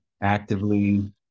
actively